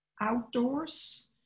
outdoors